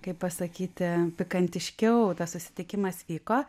kaip pasakyti pikantiškiau tas susitikimas vyko